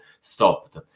stopped